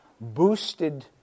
boosted